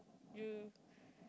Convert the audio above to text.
you